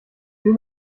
will